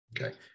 Okay